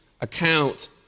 account